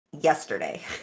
yesterday